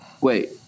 Wait